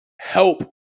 help